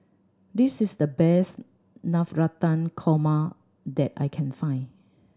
this is the best Navratan Korma that I can find